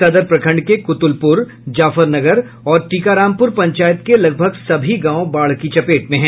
सदर प्रखंड के कुतुलपुर जाफर नगर और टीकारामपुर पंचायत के लगभग सभी गांव बाढ़ की चपेट में हैं